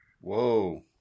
Whoa